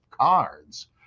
cards